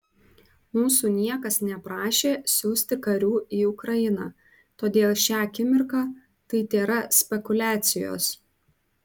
mūsų niekas neprašė siųsti karių į ukrainą todėl šią akimirką tai tėra spekuliacijos